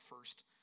first